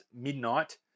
midnight